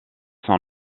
son